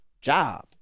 job